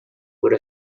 with